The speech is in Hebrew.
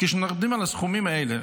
כשאנחנו מדברים על האחוזים האלה,